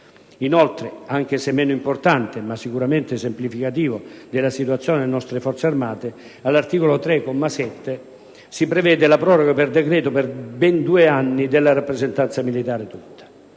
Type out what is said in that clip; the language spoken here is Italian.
Inoltre, anche se meno importante, ma sicuramente esemplificativo della situazione delle nostre Forze armate, all'articolo 3, comma 7, si prevede la proroga per decreto, per ben due anni, della rappresentanza militare tutta.